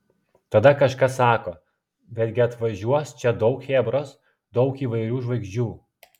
tada kažkas sako bet gi atvažiuos čia daug chebros daug įvairių žvaigždžių